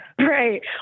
Right